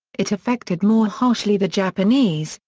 it affected more harshly the japanese,